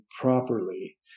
properly